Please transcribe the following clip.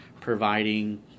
providing